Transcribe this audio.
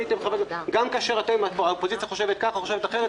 גם כאשר האופוזיציה חושבת כך או אחרת,